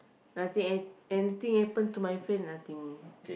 nothing and anything happen to my face nothing